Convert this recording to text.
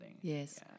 Yes